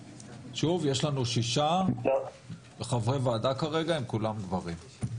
שוב, יש לנו שישה חברי ועדה כרגע, הם כולם גברים.